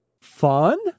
Fun